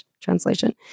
translation